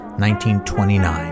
1929